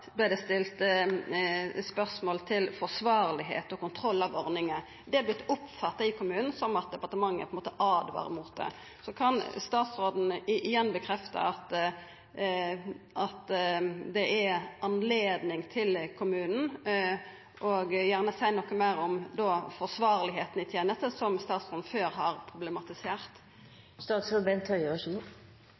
stilt spørsmål til «forsvarlighet og kontroll av ordningen». Det har vorte oppfatta i kommunen som at departementet åtvarar mot det. Kan statsråden igjen bekrefta at kommunen har anledning til det, og gjerne seia noko meir om det forsvarlege i ei teneste som statsråden før har problematisert?